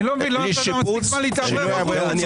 אני רוצה לדעת.